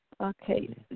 Okay